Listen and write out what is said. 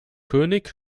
könig